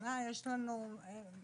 השנה יש לנו מעל